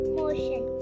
motion